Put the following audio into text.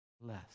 less